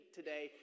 today